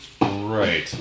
Right